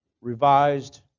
revised